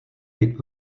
být